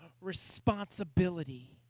responsibility